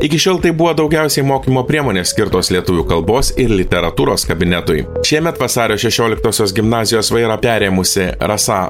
iki šiol tai buvo daugiausiai mokymo priemonės skirtos lietuvių kalbos ir literatūros kabinetui šiemet vasario šešioliktosios gimnazijos vairą perėmusi rasa